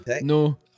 No